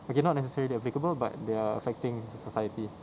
okay not necessary that applicable but they're affecting the society